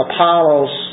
Apollos